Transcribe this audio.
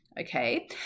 Okay